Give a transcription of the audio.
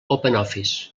openoffice